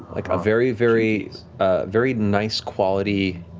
like a very, very very nice quality